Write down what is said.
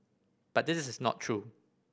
but this is not true